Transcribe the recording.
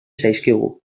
zaizkigu